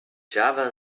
java